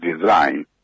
design